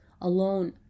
alone